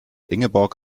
ingeborg